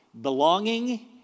Belonging